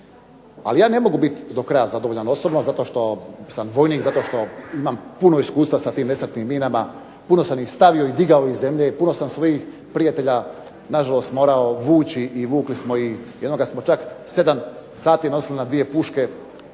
Ali ja ne mogu do kraja biti zadovoljan osobno zato što sam vojnik zato što imam puno iskustva sa tim nesretnim minama, puno sam ih stavio i digao iz zemlje i puno sam svojih prijatelja nažalost morao vući i vukli smo ih. Jednoga smo čak 7 sati nosili na dvije puške,